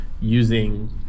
using